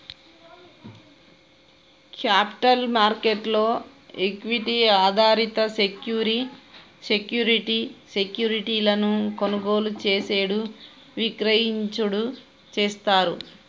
capital market లో equity ఆధారిత సెక్యూరి సెక్యూరిటీ సెక్యూరిటీలను కొనుగోలు చేసేడు విక్రయించుడు చేస్తారు